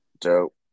Dope